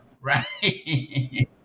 Right